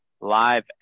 live